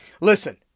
Listen